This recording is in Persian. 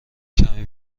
کمی